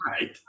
right